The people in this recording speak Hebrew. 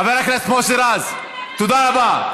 חבר הכנסת מוסי רז, תודה רבה.